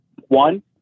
One